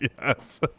Yes